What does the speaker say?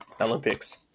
Olympics